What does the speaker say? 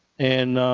and,